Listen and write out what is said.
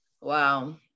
Wow